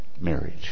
Marriage